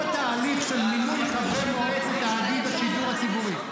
כל התהליך של מינוי חברי מועצת תאגיד השידור הציבורי.